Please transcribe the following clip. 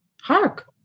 Hark